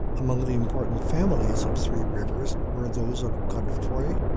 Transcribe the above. among the important families of three rivers were those of godefroy,